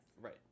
Right